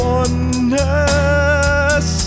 oneness